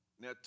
Now